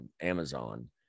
amazon